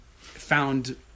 found